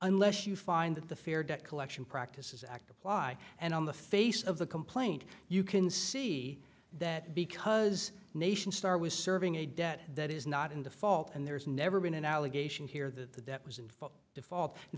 unless you find that the fair debt collection practices act apply and on the face of the complaint you can see that because nation star was serving a debt that is not in default and there's never been an allegation here that the